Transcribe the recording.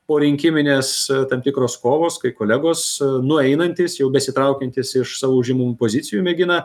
porinkiminės tam tikros kovos kai kolegos nueinantys jau besitraukiantys iš savo užimamų pozicijų mėgina